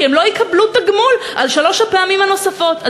כי הם לא יקבלו תגמול על שלוש הפעמים הנוספות.